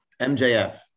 MJF